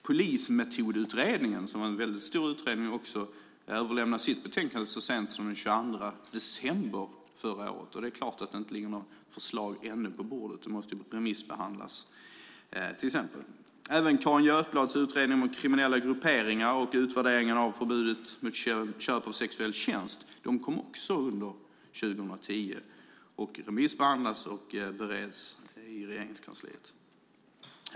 Polismetodutredningen, som är en väldigt stor utredning, överlämnade sitt betänkande så sent som den 22 december förra året. Det är klart att det inte ligger något förslag på bordet ännu; den måste ju remissbehandlas. Carin Götblads utredning om kriminella grupperingar och utvärderingen av förbudet mot köp av sexuell tjänst kom också under 2010 och remissbehandlas och bereds i Regeringskansliet.